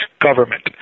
government